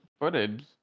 footage